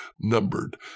numbered